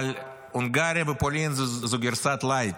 אבל הונגריה ופולין זו גרסה לייט.